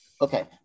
okay